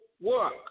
work